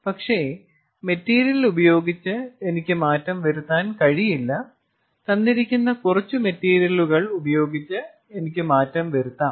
പക്ഷേ മെറ്റീരിയലുപയോഗിച്ചു എനിക്ക് മാറ്റം വരുത്താൻ കഴിയില്ല തന്നിരിക്കുന്ന കുറച്ചു മെറ്റീരിയലുകൾ ഉപയോഗിച്ച് എനിക്ക് മാറ്റം വരുത്താം